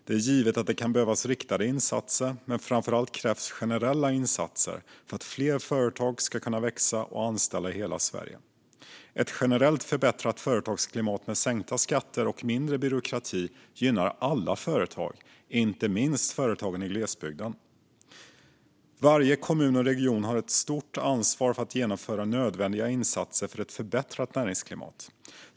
Det är givet att det kan behövas riktade insatser, men framför allt krävs generella insatser för att fler företag ska kunna växa och anställa i hela Sverige. Ett generellt förbättrat företagsklimat med sänkta skatter och mindre byråkrati gynnar alla företag, inte minst företagen i glesbygden. Varje kommun och region har ett stort ansvar för att genomföra nödvändiga insatser för ett förbättrat näringsklimat.